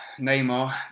Neymar